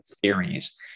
theories